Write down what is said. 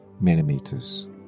millimeters